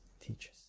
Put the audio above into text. teaches